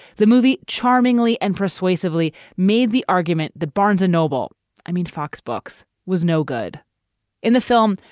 the movie charmingly and persuasively made the argument the barnes noble i mean, fox books was no good in the film.